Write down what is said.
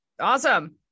awesome